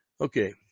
Okay